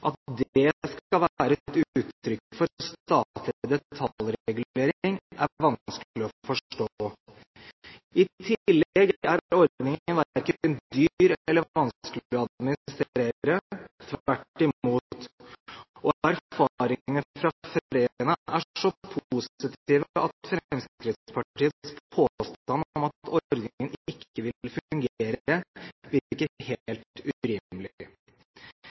At det skal være et uttrykk for statlig detaljregulering, er vanskelig å forstå. I tillegg er ordningen verken dyr eller vanskelig å administrere – tvert imot. Og erfaringene fra Fræna er så positive at Fremskrittspartiets påstand om at ordningen ikke